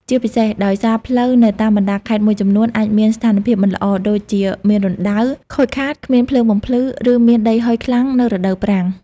ជាពិសេសដោយសារផ្លូវនៅតាមបណ្ដាខេត្តមួយចំនួនអាចមាន ស្ថានភាពមិនល្អ ដូចជាមានរណ្ដៅ ខូចខាត គ្មានភ្លើងបំភ្លឺ ឬមានដីហុយខ្លាំងនៅរដូវប្រាំង។